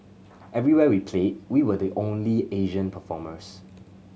everywhere we played we were the only Asian performers